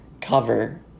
cover